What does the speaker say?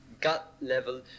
gut-level